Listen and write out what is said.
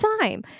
time